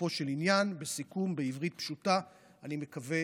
לגופו של עניין, בסיכום, בעברית פשוטה, אני מקווה